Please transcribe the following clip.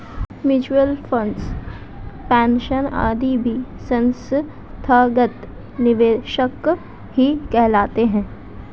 mutual fund, pension आदि भी संस्थागत निवेशक ही कहलाते हैं